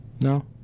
No